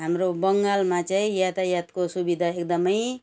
हाम्रो बङ्गालमा चाहिँ यातायातको सुविधा एकदमै